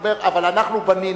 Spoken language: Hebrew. הוא אומר: אבל אנחנו בנינו.